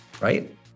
right